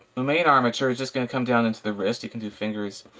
the main armature is just going to come down into the wrist. you can do fingers